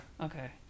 Okay